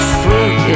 fruit